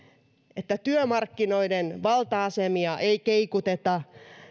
että työmarkkinoiden valta asemia ei keikuteta